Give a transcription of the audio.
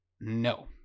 No